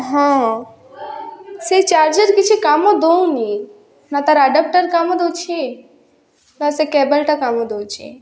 ହଁ ସେ ଚାର୍ଜର୍ କିଛି କାମ ଦେଉନି ନା ତା'ର ଆଡ଼ାପ୍ଟର୍ କାମ ଦେଉଛି ନା ସେ କେବଲ୍ଟା କାମ ଦେଉଛି